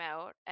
out